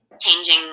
changing